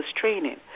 training